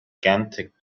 gigantic